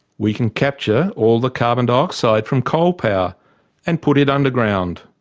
we can capture all the carbon dioxide from coal power and put it underground.